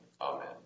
Amen